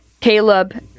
Caleb